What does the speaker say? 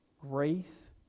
Grace